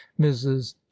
mrs